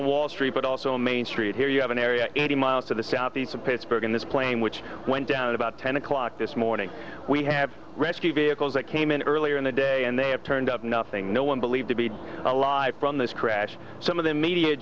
on wall street but also main street here you have an area eighty miles to the southeast of pittsburgh and this plane which went down about ten o'clock this morning we have rescue vehicles that came in earlier in the day and they have turned up nothing no one believed to be alive from this crash some of the media